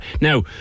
Now